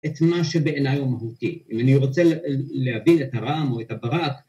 את מה שבעיני הוא מהותי. אם אני רוצה להבין את הרעם או את הברק